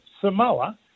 Samoa